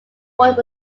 fourth